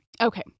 okay